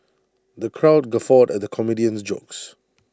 the crowd guffawed at the comedian's jokes